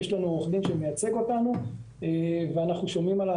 יש לנו עורך דין שמייצג אותנו, ואנחנו שומעים על